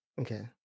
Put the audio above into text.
Okay